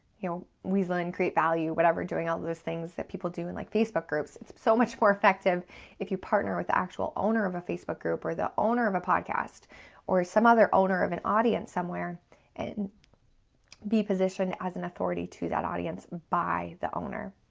you know, weasel in, create value, whatever, doing all those things that people do in like facebook groups. it's so much more effective if you partner with the actual owner of a facebook group or the owner of a podcast or some other owner of an audience somewhere and be positioned as an authority to that audience by the owner.